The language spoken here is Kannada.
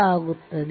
ಆಗುತ್ತದೆ